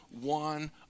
one